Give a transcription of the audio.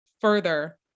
further